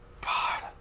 God